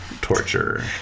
torture